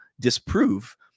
disprove